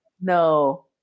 No